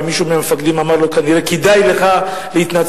שמישהו מהמפקדים אמר לו כנראה: כדאי לך להתנצל,